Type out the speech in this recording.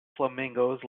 flamingos